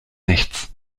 nichts